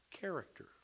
character